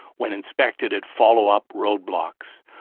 when inspected at follow-up roadblocks.